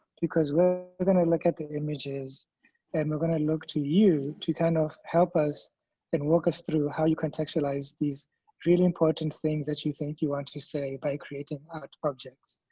because we're we're gonna look at the images and we're gonna look to you to kind of help us and walk us through how you contextualize these really important things that you think you wanted to say by creating art projects.